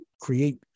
create